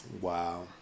Wow